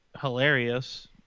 hilarious